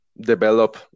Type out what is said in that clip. develop